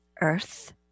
earth